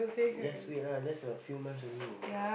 just wait lah just a few months only what